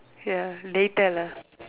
ya later lah